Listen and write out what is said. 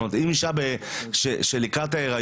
זאת אומרת, אם אישה שנמצאת לקראת ההיריון